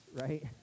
right